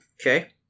Okay